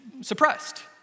suppressed